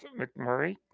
McMurray